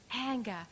anger